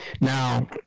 Now